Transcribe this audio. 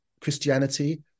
Christianity